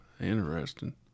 Interesting